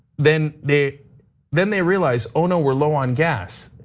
then they then they realize, ah no we're low on gas.